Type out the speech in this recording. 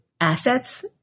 assets